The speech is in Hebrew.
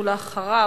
ואחריו,